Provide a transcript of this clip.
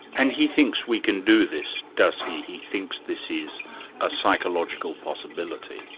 and he thinks we can do this, does he? he thinks this is a psychological possibility?